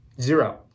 Zero